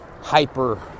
hyper